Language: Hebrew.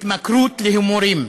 התמכרות להימורים.